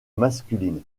masculine